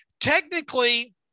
technically